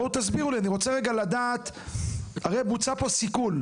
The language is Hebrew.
הרי, בוצע פה סיכול.